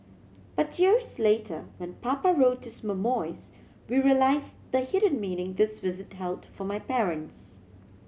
but years later when Papa wrote his memoirs we realise the hidden meaning this visit held for my parents